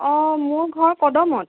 অ মোৰ ঘৰ কদমত